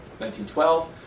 1912